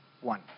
one